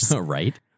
Right